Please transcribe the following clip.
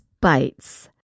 bites